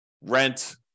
rent